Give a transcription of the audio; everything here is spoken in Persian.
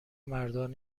مردان